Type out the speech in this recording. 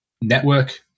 network